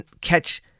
catch